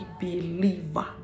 believer